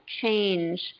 change